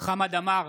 חמד עמאר,